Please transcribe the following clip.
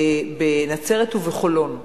בנצרת ובחולון,